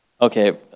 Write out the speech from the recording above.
okay